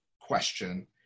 question